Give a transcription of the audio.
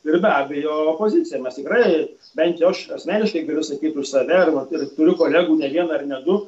ir be abejo opozicija mes tikrai bent jau aš asmeniškai galiu sakyt už save vat ir turiu kolegų ne vieną ir ne du